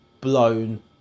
blown